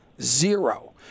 zero